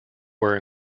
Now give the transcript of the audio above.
were